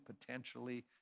potentially